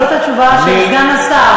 זאת התשובה של סגן השר.